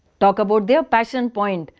talk about their passion points,